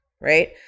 right